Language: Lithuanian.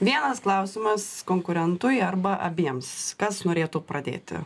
vienas klausimas konkurentui arba abiems kas norėtų pradėti